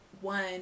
one